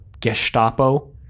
Gestapo